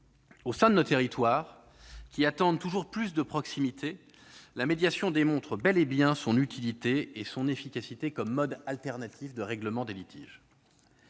au sein de nos territoires qui attendent toujours plus de proximité, la médiation démontre bel et bien son utilité et son efficacité comme mode alternatif de règlement des litiges.